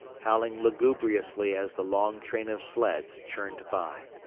howling lugubriously as the long train of sleds churned by.